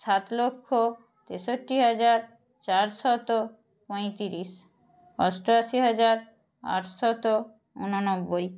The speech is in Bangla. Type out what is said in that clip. সাত লক্ষ তেষট্টি হাজার চারশত পঁয়তিরিশ অষ্টআশি হাজার আটশত ঊননব্বই